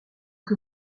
que